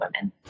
women